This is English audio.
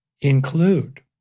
include